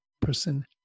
person